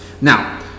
now